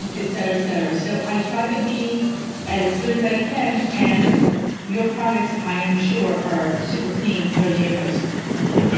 and et cetera, et cetera. so i try to be as good as i can and your products, i am sure, are super clean no gmos well,